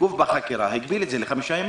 עיכוב בחקירה, לחמישה ימים.